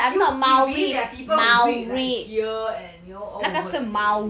look really there are people who do it in like the ear and you know all over the place